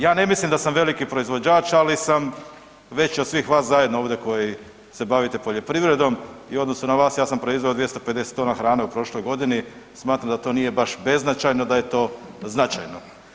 Ja ne mislim da sam veliki proizvođač, ali sam veći od svih vas zajedno ovdje koji se bavite poljoprivredom i u odnosu na vas ja sam proizveo 250 tona hrane u prošloj godini, smatram da to nije baš beznačajno, da je to značajno.